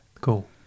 Cool